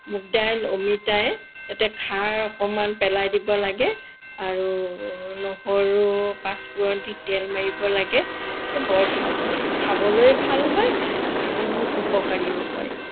মুগদাইল অমিতাই তাতে খাৰ অকণমান পেলাই দিব লাগে আৰু নহৰু পাঁচ ফোৰণ দি তেল মাৰিব লাগে এ বৰ ভাল হয় খাবলৈ ভাল হয় আৰু উপকাৰীও হয়